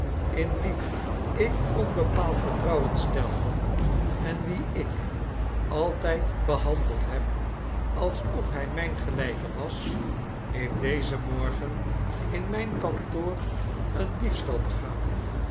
in wien ik onbepaald vertrouwen stelde en wien ik altijd behandeld heb alsof hij mijn gelijke was heeft dezen morgen in mijn kantoor een diefstal begaan